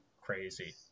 crazy